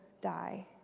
die